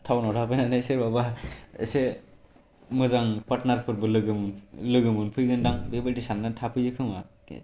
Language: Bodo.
टाउनआव थाफैनानै सोरबाबा एसे मोजां पार्टनारफोरबो लोगो मोनफैगोनदां बेबादि सानना थफैयो खोमा